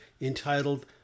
entitled